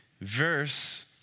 verse